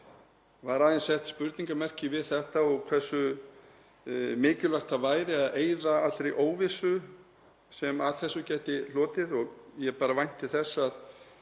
var aðeins sett spurningarmerki við þetta og hversu mikilvægt það væri að eyða allri óvissu sem af þessu gæti hlotist og ég vænti þess að